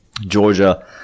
Georgia